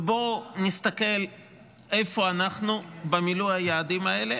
בואו נסתכל איפה אנחנו במילוי היעדים האלה.